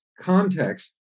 context